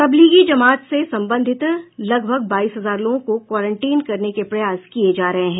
तब्लीकी जमात से संबंधित लगभग बाईस हजार लोगों को क्वारटीन करने के प्रयास किए जा रहे हैं